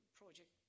project